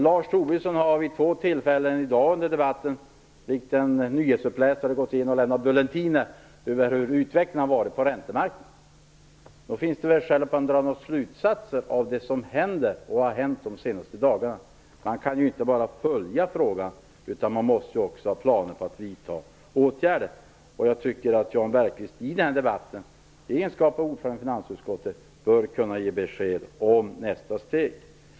Lars Tobisson vid två tillfällen under debatten i dag likt en nyhetsuppläsare lämnat bulletiner över utvecklingen på räntemarknaden. Det finns skäl att dra slutsatser av det som händer och det som har hänt under de senaste dagarna. Man kan ju inte bara följa frågan utan måste också göra upp planer för att vidta åtgärder. Jag tycker att Jan Bergqvist i debatten i egenskap av ordförande i finansutskottet bör kunna ge besked om nästa steg.